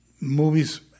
movies